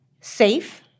safe